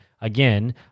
again